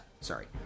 Sorry